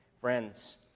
Friends